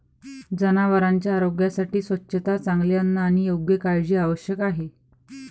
जनावरांच्या आरोग्यासाठी स्वच्छता, चांगले अन्न आणि योग्य काळजी आवश्यक आहे